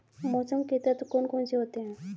मौसम के तत्व कौन कौन से होते हैं?